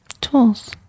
tools